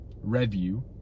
Review